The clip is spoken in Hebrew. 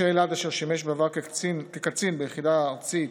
משה אלעד, אשר שימש בעבר כקצין ביחידה הארצית